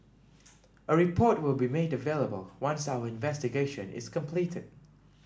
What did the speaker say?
a report will be made available once our investigation is completed